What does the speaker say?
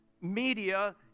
media